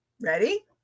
Ready